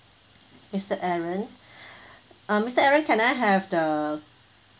mister aaron uh mister aaron can I have the